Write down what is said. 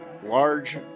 large